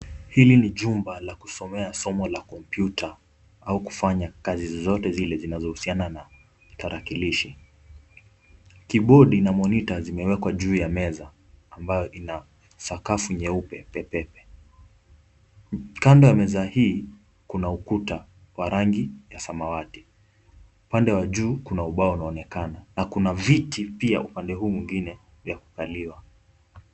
Hili ni jumba la kusomea somo la kompyuta au kufanya kazi zozote zile zinazo husiana na tarakilishi. Keybodi na monita zimewekwa juu ya meza ambayo ina sakafu nyeupe pepepe. Kando ya meza hii kuna ukuta wa rangi ya samawati. Upande wa juu kuna ubao unaonekana na kuna viti pia upande huu mwingine vya kukaliwa.